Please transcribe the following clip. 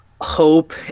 hope